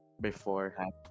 beforehand